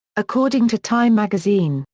according to time magazine,